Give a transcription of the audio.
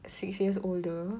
six years older